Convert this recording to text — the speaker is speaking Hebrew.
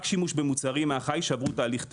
שימוש במוצרים מן החי שעברו תהליך תרמי.